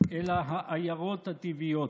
אלא "העיירות הטבעיות".